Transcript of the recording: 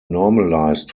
normalized